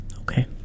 Okay